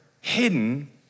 hidden